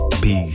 Peace